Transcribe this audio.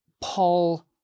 Paul